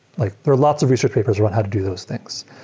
like there are lots of research papers around how to do those things.